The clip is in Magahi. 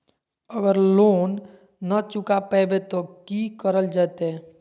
अगर लोन न चुका पैबे तो की करल जयते?